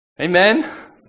Amen